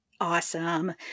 Awesome